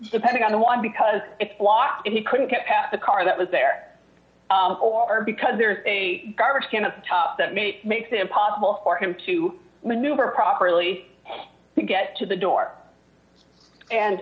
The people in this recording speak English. depending on the wind because it's locked and he couldn't get past the car that was there or because there's a garbage can that made it makes it impossible for him to maneuver properly to get to the door and